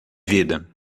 vida